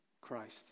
Christ